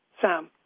Sam